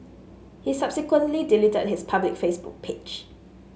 he subsequently deleted his public Facebook page